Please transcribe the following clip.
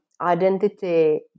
identity